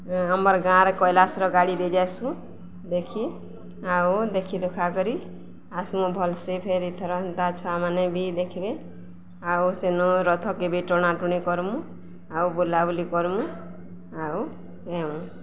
ଆମର୍ ଗାଁରେ କୈଲାସ୍ର ଗାଡ଼ିରେ ଯାଏସୁଁ ଦେଖି ଆଉ ଦେଖି ଦୁଖା କରି ଆସମୁ ଭଲ୍ସେ ଫେର୍ ଇଥର ହେନ୍ତା ଛୁଆମାନେ ବି ଦେଖ୍ବେ ଆଉ ସେନୁ ରଥ୍କେ ବି ଟଣାଟୁଣି କର୍ମୁ ଆଉ ବୁଲାବୁଲି କର୍ମୁ ଆଉ ଆଏମୁ